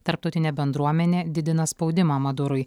tarptautinė bendruomenė didina spaudimą madurui